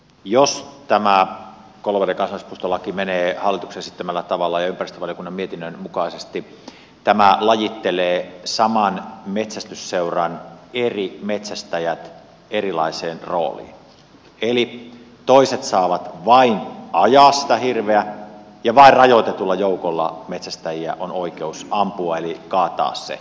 jos tämä koloveden kansallispuistolaki menee hallituksen esittämällä tavalla ja ympäristövaliokunnan mietinnön mukaisesti tämä lajittelee saman metsästysseuran eri metsästäjät erilaiseen rooliin eli toiset saavat vain ajaa sitä hirveä ja vain rajoitetulla joukolla metsästäjiä on oikeus ampua eli kaataa se hirvi